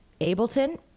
Ableton